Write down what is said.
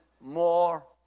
more